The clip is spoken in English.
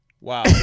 Wow